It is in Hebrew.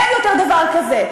אין יותר דבר כזה.